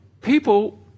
people